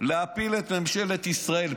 להפיל את ממשלת ישראל,